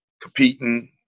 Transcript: competing